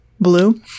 Blue